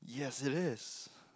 yes it is